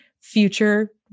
future